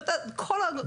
זה כל הרעיון של החוק.